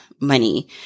money